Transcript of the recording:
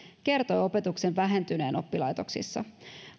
kertoi opetuksen vähentyneen oppilaitoksissa